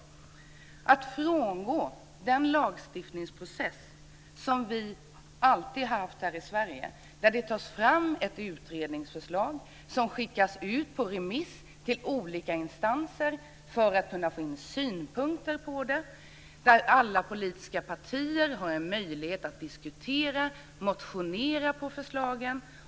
Man frångår den lagstiftningprocess som vi alltid haft här i Sverige, där det tas fram ett utredningsförslag som skickas ut på remiss till olika instanser för att man ska kunna få in synpunkter. Alla politiska partier har en möjlighet att diskutera och motionera om förslagen.